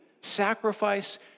Sacrifice